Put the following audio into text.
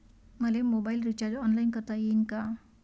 मले mobile recharge online करता येईन का?